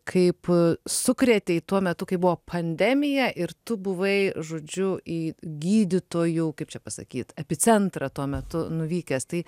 kaip sukrėtei tuo metu kai buvo pandemija ir tu buvai žodžiu į gydytojų kaip čia pasakyt epicentrą tuo metu nuvykęs tai